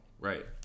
Right